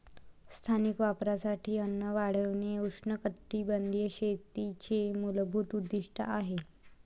स्थानिक वापरासाठी अन्न वाढविणे उष्णकटिबंधीय शेतीचे मूलभूत उद्दीष्ट आहे